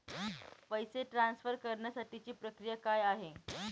पैसे ट्रान्सफर करण्यासाठीची प्रक्रिया काय आहे?